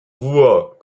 voie